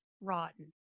rotten